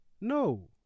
No